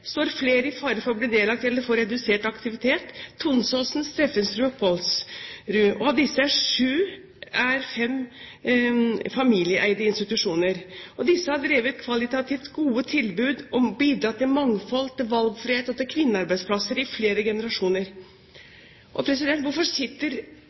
står flere i fare for å bli nedlagt eller få redusert aktivitet – Tonsåsen, Steffensrud og Paulsrud. Av disse sju er fem familieeide institusjoner. Disse har gitt kvalitativt gode tilbud og bidratt til mangfold, til valgfrihet og til kvinnearbeidsplasser i flere